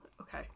Okay